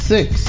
Six